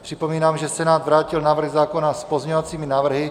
Připomínám, že Senát vrátil návrh zákona s pozměňovacími návrhy.